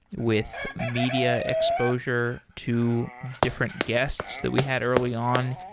with media exposure to different guests that we had early on.